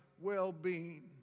well-being